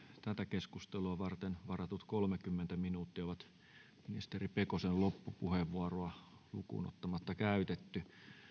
tätä keskustelua varten varatut kolmekymmentä minuuttia on ministeri pekosen loppupuheenvuoroa lukuun ottamatta käytetty